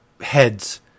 heads